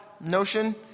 notion